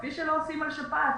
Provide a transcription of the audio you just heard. כפי שלא עושים על שפעת.